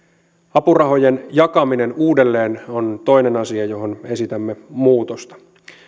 apurahojen jakaminen uudelleen on toinen asia johon esitämme muutosta